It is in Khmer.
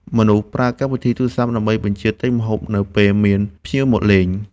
មនុស្សប្រើកម្មវិធីទូរសព្ទ ដើម្បីបញ្ជាទិញម្ហូបនៅពេលមានភ្ញៀវមកលេងផ្ទះ។